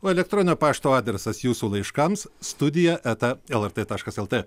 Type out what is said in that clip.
o elektroninio pašto adresas jūsų laiškams studija eta lrt taškas lt